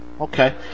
Okay